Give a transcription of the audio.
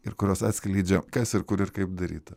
ir kurios atskleidžia kas ir kur ir kaip daryta